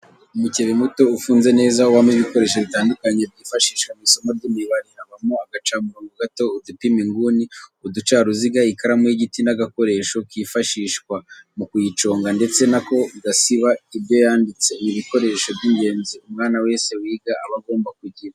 Umukebe muto ufunze neza ubamo ibikoresho bitandukanye byifashishwa mu isomo ry'imibare, habamo agacamurongo gato, udupima inguni, uducaruziga, ikaramu y'igiti n'agakoresho kifashishwa mu kuyiconga ndetse n'ako gusiba ibyo yanditse, ni ibikoresho by'ingenzi umwana wese wiga aba agomba kugira.